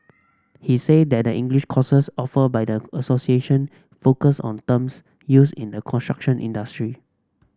he said that the English courses offered by the association focus on terms used in the construction industry